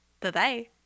bye-bye